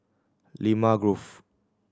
Limau Grove